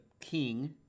king